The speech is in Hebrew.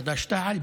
חד"ש-תע"ל.